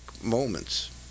moments